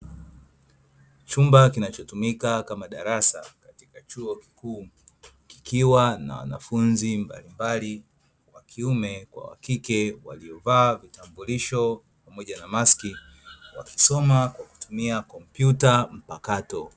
Chumba kinachotumika kama darasa la chuo kikuu, kikiwa na wanafunzi mbalimbali (wa kiume kwa wa kike) waliovaa vitambulisho pamoja na maski, wakisoma kwa kutumia kompyuta mpakato.